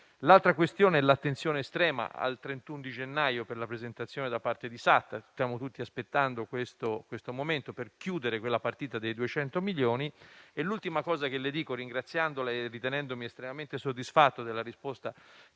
L'altra questione è l'attenzione estrema al 31 gennaio per la presentazione da parte di SAT. Stiamo tutti aspettando questo momento per chiudere la partita dei 200 milioni. Ringraziandola e ritenendomi estremamente soddisfatto della risposta